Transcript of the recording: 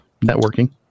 networking